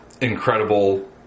incredible